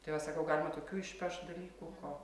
tai va sakau galima tokių išpešt dalykų ko